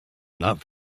not